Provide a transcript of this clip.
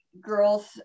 girls